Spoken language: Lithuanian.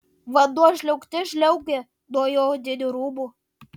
vanduo žliaugte žliaugė nuo jo odinių rūbų